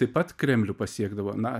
taip pat kremlių pasiekdavo na